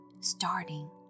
starting